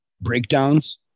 breakdowns